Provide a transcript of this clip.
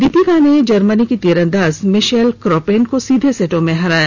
दीपिका ने जर्मनी की तीरंदाज मिशेल कोपेन को सीधे सेटों में हराया